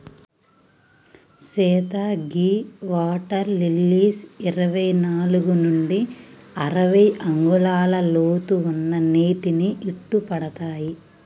సీత గీ water lilies ఇరవై నాలుగు నుండి అరవై అంగుళాల లోతు ఉన్న నీటిని ఇట్టపడతాయి